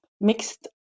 mixed